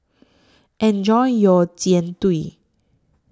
Enjoy your Jian Dui